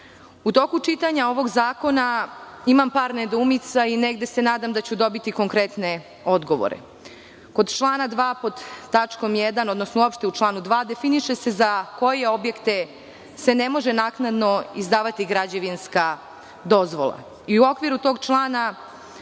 U toku čitanja ovog zakona imam par nedoumica i negde se nadam da ću dobiti konkretne odgovore. Kod člana 2. pod tačkom 1), odnosno uopšte u članu 2. definiše se za koje objekte se ne može naknadno izdavati građevinska dozvola. U okviru tog člana